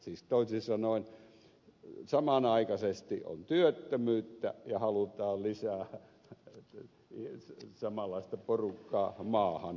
siis toisin sanoen samanaikaisesti on työttömyyttä ja halutaan lisää samanlaista porukkaa maahan